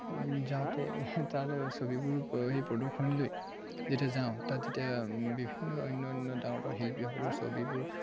যাওঁতে তাৰ যে ছবিবোৰ সেই প্ৰদৰ্শনীলৈ যেতিয়া যাওঁ তাত তেতিয়া বিভিন্ন অন্য অন্য ডাঙৰ ডাঙৰ শিল্পীসকলৰ ছবিবোৰ